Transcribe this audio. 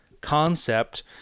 concept